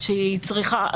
היא צריכה את זה.